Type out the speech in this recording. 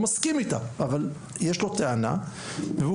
אני לא מסכים איתה אבל יש לו טענה והוא